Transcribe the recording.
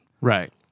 right